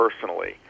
personally